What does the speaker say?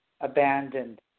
abandoned